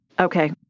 Okay